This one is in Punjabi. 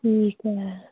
ਠੀਕ ਹੈ